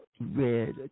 red